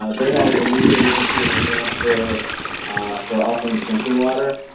ah they are the lead agency in new hampshire for all things drinking water,